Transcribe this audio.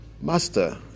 Master